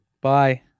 Bye